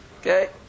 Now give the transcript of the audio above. Okay